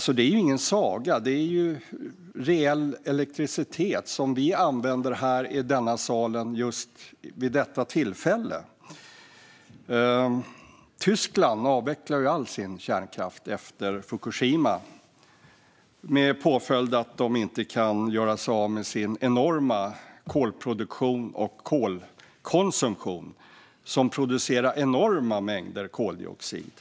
Det är ingen saga, utan det är reell elektricitet, som vi använder här i denna sal vid just detta tillfälle. Tyskland avvecklar all sin kärnkraft efter Fukushima, med följden att de inte kan göra sig av med sin kolproduktion och kolkonsumtion, som producerar enorma mängder koldioxid.